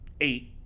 eight